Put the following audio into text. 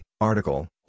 article